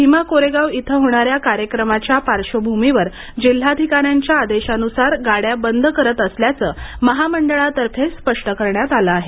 भिमा कोरेगाव इथं होणाऱ्या कार्यक्रमाच्या पार्श्वभूमीवर जिल्हाधिकाऱ्यांच्या आदेशानुसार गाड्या बंद करत असल्याचं महामंडळातर्फे स्पष्ट करण्यात आलं आहे